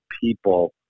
people